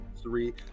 Three